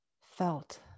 felt